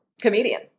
comedian